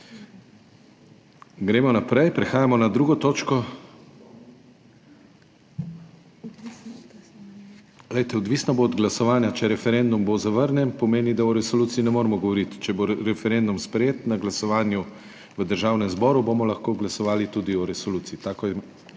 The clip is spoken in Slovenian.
Gremo naprej …/ oglašanje iz dvorane/ Glejte, odvisno bo od glasovanja. Če bo referendum zavrnjen, pomeni, da o resoluciji ne moremo govoriti, če bo referendum sprejet na glasovanju v Državnem zboru, bomo lahko glasovali tudi o resoluciji. Tako je